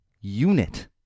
Unit